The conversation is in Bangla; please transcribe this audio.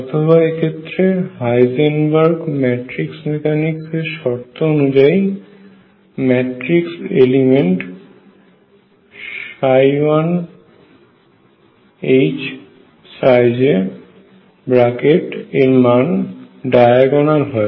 অথবা এক্ষেত্রে হাইজেনবার্গ মেট্রিক্স মেকানিক্স এর শর্ত অনুযায়ী মেট্রিক্স এলিমেন্ট ⟨iHj⟩ এর মান ডায়াগোনাল হয়